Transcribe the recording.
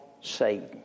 Satan